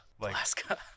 Alaska